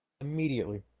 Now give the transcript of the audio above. Immediately